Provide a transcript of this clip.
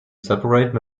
separate